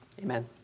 amen